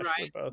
right